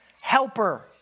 helper